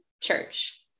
church